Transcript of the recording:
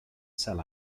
sell